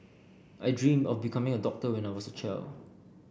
I dreamt of becoming a doctor when I was a child